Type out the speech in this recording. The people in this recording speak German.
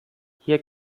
hier